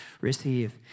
receive